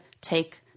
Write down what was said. take